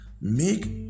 Make